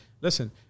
listen